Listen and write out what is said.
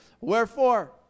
Wherefore